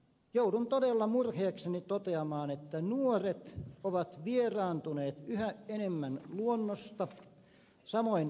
joudun todella murheekseni toteamaan että nuoret ovat vieraantuneet yhä enemmän luonnosta samoin lapsiperheet